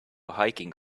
hiking